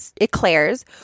eclairs